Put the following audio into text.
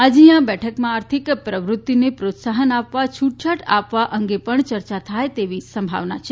આજની આ બેઠકમાં આર્થિક પ્રવૃતિને પ્રોત્સાહન આપવા છૂટછાટ આપવા અંગે પણ યર્યા થાય તેવી સંભાવના છે